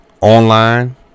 online